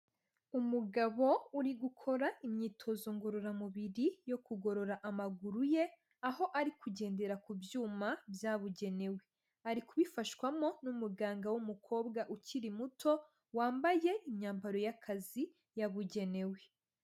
Umugabo uri gukora imyitozo ngororamubiri yo kugorora amaguru ye, aho ari kugendera ku byuma byabugenewe. Ari kubifashwamo n'umuganga w'umukobwa ukiri muto, wambaye imyambaro y'akazi yabugenewe.